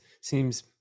seems